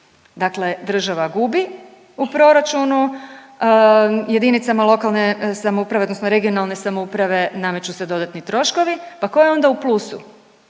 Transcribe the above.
Dakle, država gubi u proračunu, jedinicama lokalne samouprave odnosno regionalne samouprave nameću se dodatni troškovi, pa tko je onda u plusu,